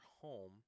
home